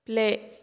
play